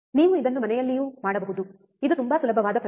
ನೀವು ಇದನ್ನು ಮನೆಯಲ್ಲಿಯೂ ಮಾಡಬಹುದು ಇದು ತುಂಬಾ ಸುಲಭವಾದ ಪ್ರಯೋಗ